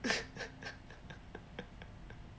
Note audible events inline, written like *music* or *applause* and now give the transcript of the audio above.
*laughs*